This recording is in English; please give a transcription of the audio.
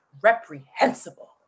reprehensible